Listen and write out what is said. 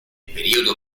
periodo